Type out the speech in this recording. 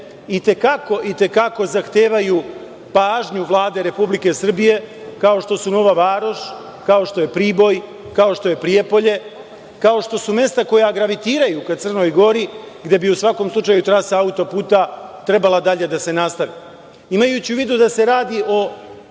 koje i te kako zahtevaju pažnju Vlade Republike Srbije, kao što su Nova Varoš, kao što je Priboj, kao što je Prijepolje, kao što su mesta koja gravitiraju ka Crnoj Gori, gde bi u svakom slučaju trasa autoputa trebala dalje da se nastavi. Imajući u vidu da se radi o